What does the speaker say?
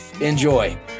enjoy